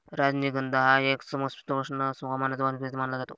राजनिगंध हा एक समशीतोष्ण हवामानाचा वनस्पती मानला जातो